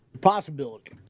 Possibility